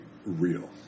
real